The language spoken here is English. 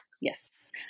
Yes